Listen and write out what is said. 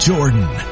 Jordan